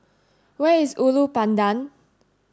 where is Ulu Pandan